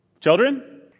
Children